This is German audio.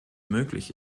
möglich